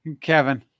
Kevin